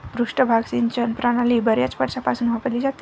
पृष्ठभाग सिंचन प्रणाली बर्याच वर्षांपासून वापरली जाते